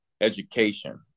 education